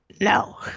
No